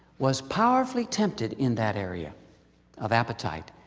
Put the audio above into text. was powerfully tempted in that area of appetite,